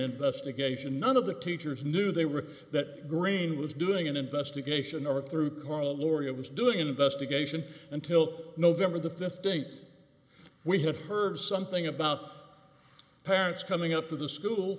investigation none of the teachers knew they were that green was doing an investigation or through karl moore who was doing an investigation until november the fifteenth we had heard something about parents coming up to the school